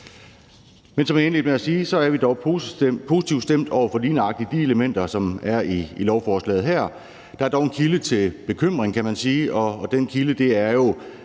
med at sige, er vi dog positivt stemt over for lige nøjagtig de elementer, som er i lovforslaget her. Der er dog en kilde til bekymring, kan man sige, og den kilde er jo,